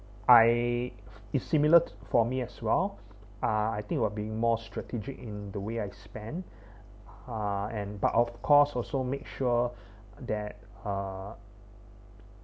I is similar for me as well uh I think will be more strategic in the way I spend uh and but of course also make sure that uh